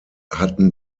hatten